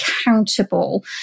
accountable